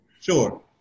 sure